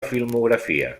filmografia